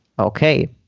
Okay